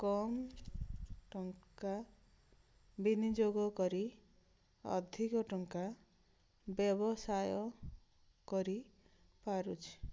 କମ୍ ଟଙ୍କା ବିନିଯୋଗ କରି ଅଧିକ ଟଙ୍କା ବ୍ୟବସାୟ କରିପାରୁଛି